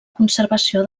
conservació